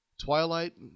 Twilight